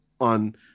on